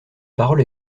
parole